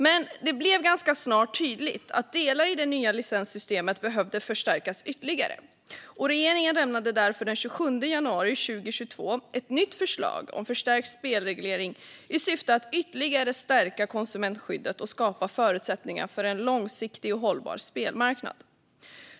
Det blev dock ganska snart tydligt att delar av det nya licenssystemet behövde förstärkas ytterligare, och regeringen lämnade därför den 27 januari 2022 ett nytt förslag om en förstärkt spelreglering i syfte att ytterligare stärka konsumentskyddet och skapa förutsättningar för en långsiktig och hållbar spelmarknad.